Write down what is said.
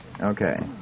Okay